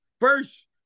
First